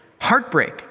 heartbreak